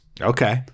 Okay